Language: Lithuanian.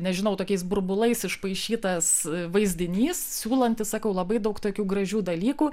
nežinau tokiais burbulais išpaišytas vaizdinys siūlantis sakau labai daug tokių gražių dalykų